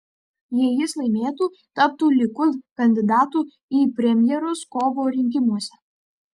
jei jis laimėtų taptų likud kandidatu į premjerus kovo rinkimuose